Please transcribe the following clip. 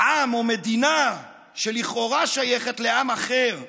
עם או מדינה שלכאורה שייכת לעם אחר מגרשת,